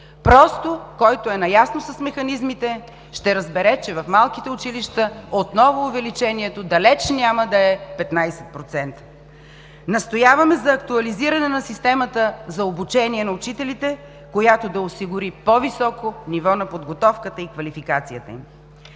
учители. Който е наясно с механизмите, ще разбере, че в малките училища отново увеличението далеч няма да е 15%. Настояваме за актуализиране на системата за обучение на учителите, която да осигури по-високо ниво на подготовката и квалификацията им.